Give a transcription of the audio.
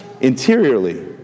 interiorly